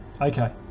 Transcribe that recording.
Okay